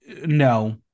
no